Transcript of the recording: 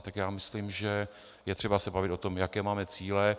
Tak já myslím, že je třeba se bavit o tom, jaké máme cíle.